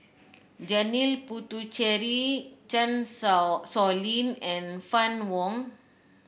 Janil Puthucheary Chan Sow Lin and Fann Wong